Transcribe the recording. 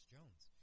Jones